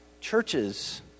churches